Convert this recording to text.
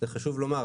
חשוב לומר,